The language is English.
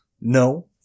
No